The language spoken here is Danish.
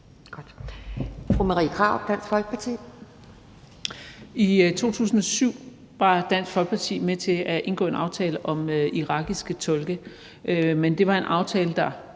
Kl. 19:48 Marie Krarup (DF): I 2007 var Dansk Folkeparti med til at indgå en aftale om irakiske tolke, men det var en aftale, der